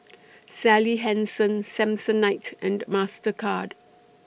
Sally Hansen Samsonite and Mastercard